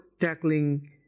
tackling